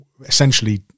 essentially